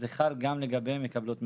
זה חל גם לגבי מקבלות מזונות.